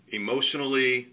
emotionally